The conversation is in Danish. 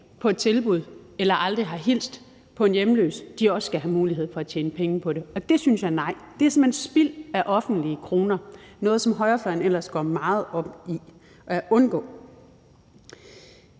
på et tilbud eller aldrig har hilst på en hjemløs, også skal have mulighed for at tjene penge på det. Og der synes jeg, at nej, det er simpelt hen spild af offentlige kroner – noget, som højrefløjen ellers går meget op i at undgå.